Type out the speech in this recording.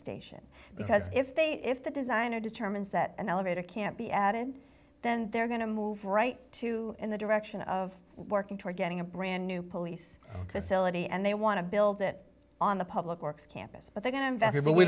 station because if they if the designer determines that an elevator can't be added then they're going to move right to in the direction of working toward getting a brand new police to sell it and they want to build it on the public works campus but they're going to invest it but we